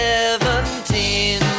Seventeen